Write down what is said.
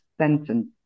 sentence